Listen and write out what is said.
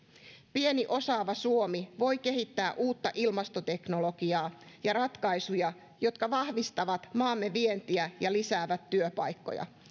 pieni osaava suomi voi kehittää uutta ilmastoteknologiaa ja ratkaisuja jotka vahvistavat maamme vientiä ja lisäävät työpaikkoja